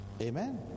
Amen